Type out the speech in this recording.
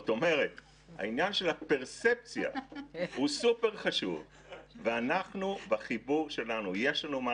אמנם המבצע התחיל ביום שני, אבל ביום ראשון ירו על